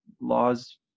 laws